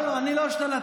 לא, אני לא השתלטתי.